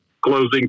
closing